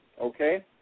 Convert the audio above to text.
Okay